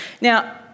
Now